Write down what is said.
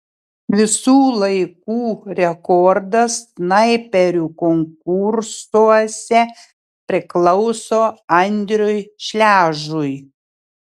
visų laikų rekordas snaiperių konkursuose priklauso andriui šležui